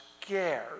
scared